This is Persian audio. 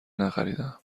نخریدهام